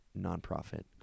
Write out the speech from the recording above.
nonprofit